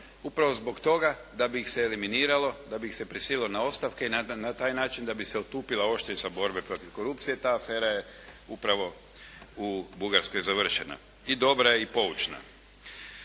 Upravo zbog toga da bi ih se eliminiralo, da bi ih se prisililo na ostavke i na taj način da bi se otupila oštrica borbe protiv korupcije i ta afera je upravo u Bugarskoj završena i dobra je i poučna.